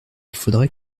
faudrait